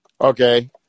Okay